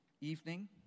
evening